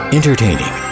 Entertaining